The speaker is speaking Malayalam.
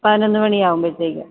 പതിനൊന്നു മണി ആകുമ്പോഴത്തേക്കും